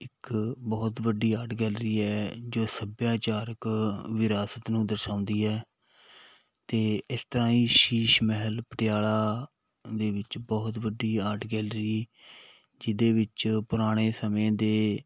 ਇੱਕ ਬਹੁਤ ਵੱਡੀ ਆਰਟ ਗੈਲਰੀ ਹੈ ਜੋ ਸੱਭਿਆਚਾਰਕ ਵਿਰਾਸਤ ਨੂੰ ਦਰਸਾਉਂਦੀ ਹੈ ਅਤੇ ਇਸ ਤਰ੍ਹਾਂ ਹੀ ਸ਼ੀਸ਼ ਮਹਿਲ ਪਟਿਆਲਾ ਦੇ ਵਿੱਚ ਬਹੁਤ ਵੱਡੀ ਆਰਟ ਗੈਲਰੀ ਜਿਹਦੇ ਵਿੱਚ ਪੁਰਾਣੇ ਸਮੇਂ ਦੇ